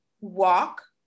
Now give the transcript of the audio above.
walk